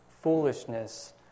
foolishness